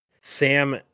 sam